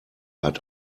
hat